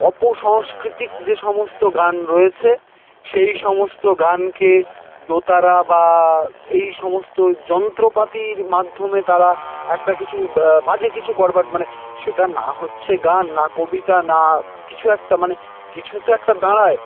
অপসাংস্কৃতিক যে সমস্ত গান রয়েছে সেই সমস্ত গানকে দোতারা বা এই সমস্ত যন্ত্রপাতির মাধ্যমে তারা একটা কিছু বা বাজে কিছু করবার মানে সেটা না হচ্ছে গান না কবিতা না কিছু একটা মানে কিছু তো একটা দাঁড়ায়